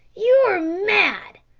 you're mad!